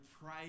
pray